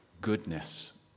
goodness